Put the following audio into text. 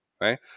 Right